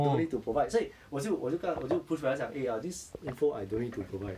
don't need to provide 所以我就我就跟他我就 push back 讲 eh ah this info I don't need to provide